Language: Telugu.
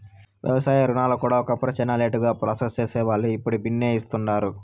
వ్యవసాయ రుణాలు కూడా ఒకప్పుడు శానా లేటుగా ప్రాసెస్ సేసేవాల్లు, ఇప్పుడు బిన్నే ఇస్తుండారు